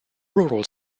rural